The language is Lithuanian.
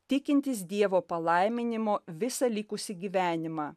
tikintis dievo palaiminimo visą likusį gyvenimą